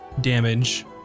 damage